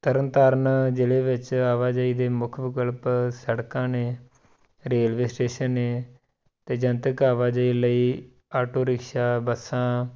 ਤਰਨ ਤਾਰਨ ਜ਼ਿਲ੍ਹੇ ਵਿੱਚ ਆਵਾਜਾਈ ਦੇ ਮੁੱਖ ਵਿਕਲਪ ਸੜਕਾਂ ਨੇ ਰੇਲਵੇ ਸਟੇਸ਼ਨ ਨੇ ਅਤੇ ਜਨਤਕ ਆਵਾਜਾਈ ਲਈ ਆਟੋ ਰਿਕਸ਼ਾ ਬੱਸਾਂ